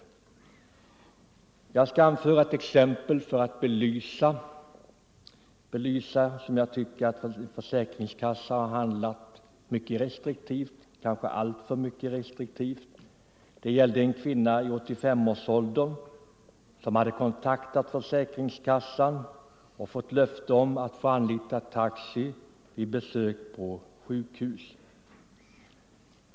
Jag skall som exempel anföra ett fall som jag tycker att försäkringskassan har handlagt alltför restriktivt. Det gäller en kvinna i 85-årsåldern som hade kontaktat försäkringskassan och fått löfte om att få anlita taxi vid besök på sjukhus.